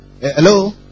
Hello